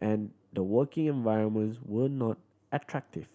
and the working environments were not attractive